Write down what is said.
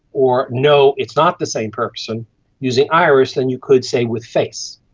or no, it's not the same person using iris than you could, say, with face.